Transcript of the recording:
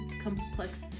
complex